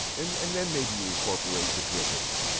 and and then, maybe, you incorporate the drippings.